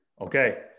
Okay